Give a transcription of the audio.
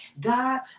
God